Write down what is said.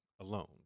alone